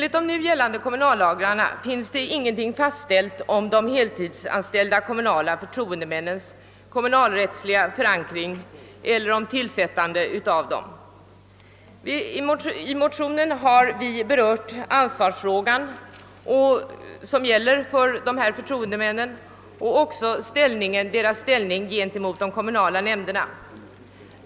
I gällande kommunallagar finns ingenting fastställt om de heltidsanställda kommunala förtroendemännens kommunalrättsliga ställning eller om tillsättandet av de kommunala förtroendemännen. I de likalydande motionerna 1: 304 och II: 382 har vi också berört ansvarsfrågan liksom dessa förtroendemäns ställning gentemot de kommunala nämnderna.